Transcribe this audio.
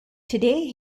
today